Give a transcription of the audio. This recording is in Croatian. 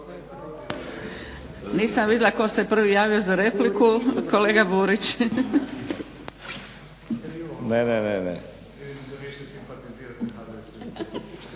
Nisam vidjela tko se prvi javio za repliku, kolega Burić. **Burić,